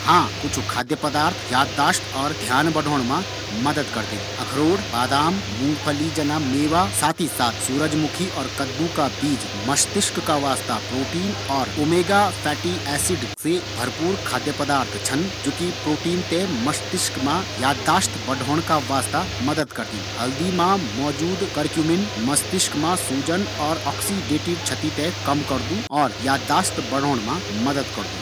हाँ कुछ खाद्य पदार्थ यादाश्त बढ़ोन मा मदद करदिन यु मा बादाम अखरोट मूंगफली बहुत ज्यादा फायदे मंद छन,